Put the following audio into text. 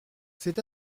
c’est